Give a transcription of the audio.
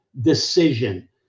decision